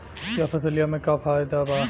यह फसलिया में का फायदा बा?